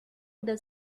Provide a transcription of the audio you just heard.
does